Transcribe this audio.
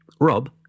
Rob